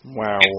wow